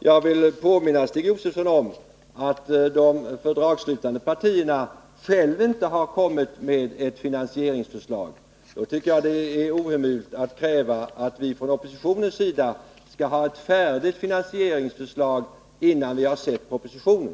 jag vill påminna Stig Josefson om att de fördragsslutande partierna själva inte har kommit med ett finansieringsförslag. Då tycker jag det är ohemult att kräva att vi från oppositionens sida skall ha ett färdigt finansieringsförslag innan vi har sett propositionen.